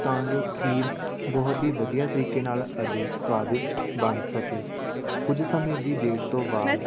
ਤਾਂ ਜੋ ਖੀਰ ਬਹੁਤ ਹੀ ਵਧੀਆ ਤਰੀਕੇ ਨਾਲ ਅਤੇ ਸਵਾਦਿਸ਼ਟ ਬਣ ਸਕੇ ਕੁਝ ਸਮੇਂ ਦੀ ਵੇਟ ਤੋਂ ਬਾਅਦ